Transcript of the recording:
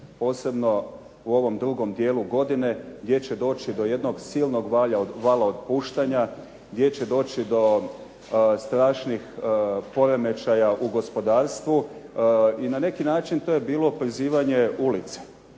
posebno u ovom drugom dijelu godine gdje će doći do jednog sila vala otpuštanja, gdje će doći do strašnih poremećaja u gospodarstvu i na neki način to je bilo prizivanje ulice.